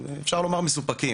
מוכר לי.